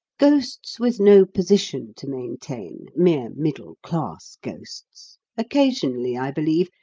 ghosts with no position to maintain mere middle-class ghosts occasionally, i believe,